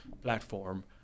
platform